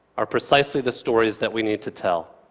are precisely the stories that we need to tell.